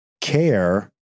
care